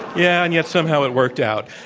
yeah, and yet somehow it worked out.